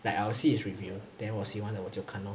the L_C is review then 我喜欢的我就看咯